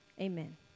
Amen